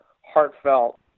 heartfelt